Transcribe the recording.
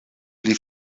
pli